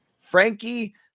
Frankie